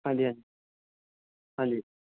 ਹਾਂਜੀ ਹਾਂਜੀ ਹਾਂਜੀ